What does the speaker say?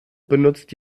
benutzt